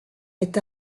est